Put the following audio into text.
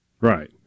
Right